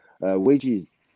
wages